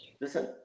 Listen